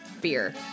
beer